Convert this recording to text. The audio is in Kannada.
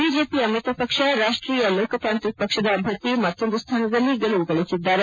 ಬಿಜೆಪಿ ಮಿತ್ರಪಕ್ಷ ರಾಷ್ಟೀಯ ಲೋಕ ತಾಂತ್ರಿಕ್ ಪಕ್ಷದ ಅಭ್ಯರ್ಥಿ ಮತ್ತೊಂದು ಸ್ಥಾನದಲ್ಲಿ ಗೆಲುವುಗಳಿಸಿದ್ದಾರೆ